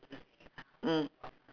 mm